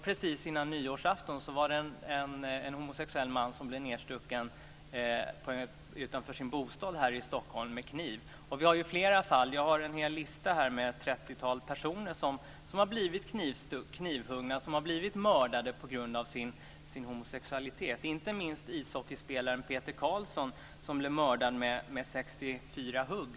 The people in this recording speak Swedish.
Precis innan nyårsafton var det en homosexuell man som blev nedstucken med kniv utanför sin bostad här i Stockholm. Vi har flera fall. Jag har här en lista med ett trettiotal personer som har blivit knivhuggna eller mördade på grund av sin homosexualitet, inte minst ishockeyspelaren Peter Karlsson som blev mördad med 64 hugg.